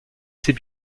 ces